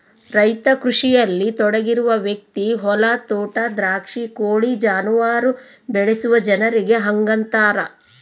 ರೈತ ಕೃಷಿಯಲ್ಲಿ ತೊಡಗಿರುವ ವ್ಯಕ್ತಿ ಹೊಲ ತೋಟ ದ್ರಾಕ್ಷಿ ಕೋಳಿ ಜಾನುವಾರು ಬೆಳೆಸುವ ಜನರಿಗೆ ಹಂಗಂತಾರ